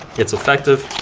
it's effective